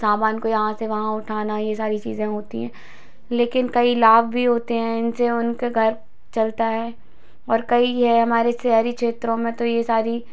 सामान को यहाँ से वहाँ उठाना ये सारी चीजें होती हैं लेकिन कई लाभ भी होते हैं इनसे उनके घर चलता है और कई है हमारे शहरी क्षेत्रों में तो ये सारी